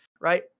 right